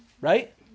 Right